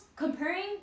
Comparing